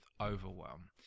overwhelm